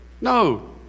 no